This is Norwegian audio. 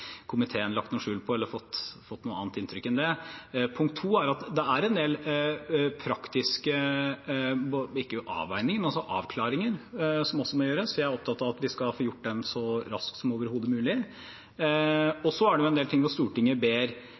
lagt noe skjul på det eller gitt uttrykk for annet enn det. Punkt 2 er at det er en del praktiske avklaringer som også må gjøres, for jeg er opptatt av at vi skal få gjort dette så raskt som overhodet mulig. Og så er det en del ting Stortinget ber